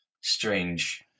strange